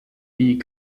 die